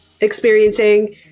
experiencing